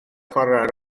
chwarae